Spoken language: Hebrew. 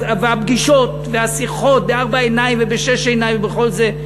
הפגישות והשיחות בארבע עיניים ובשש עיניים ובכל זה?